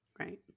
Right